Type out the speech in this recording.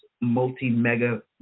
multi-mega